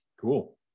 Cool